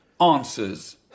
answers